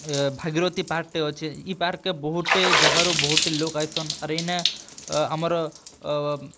ଭାଗିରଥୀ ପାର୍କଟେ ଅଛେ ଇ ପାର୍କକେ ବହୁତ୍ଟେ ଜାଗାରୁ ବହୁତ୍ଟେ ଲୋକ୍ ଆଏସନ୍ ଆର୍ ଇନେ ଆମର୍